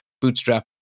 Bootstrap